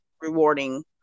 rewarding